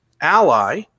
ally